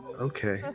Okay